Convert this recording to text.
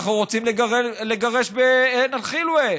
אנחנו רוצים לגרש בעין אל-חילווה,